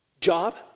Job